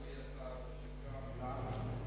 אדוני השר, ברשותך מלה.